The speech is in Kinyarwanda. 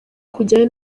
kujyayo